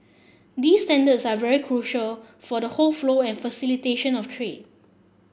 these standards are very critical for the whole flow and facilitation of trade